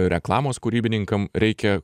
reklamos kūrybininkam reikia